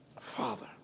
Father